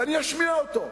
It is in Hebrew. ואני אשמיע אותו,